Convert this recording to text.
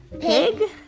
pig